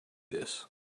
this